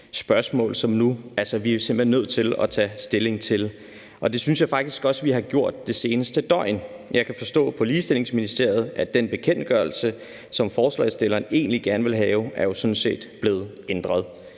altså simpelt hen er nødt til at tage stilling til. Det synes jeg faktisk også vi har gjort det seneste døgn. Jeg kan forstå på Ligestillingsministeriet, at den bekendtgørelse, som forslagsstillerne egentlig gerne have, jo er blevet ændret.